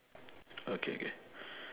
okay K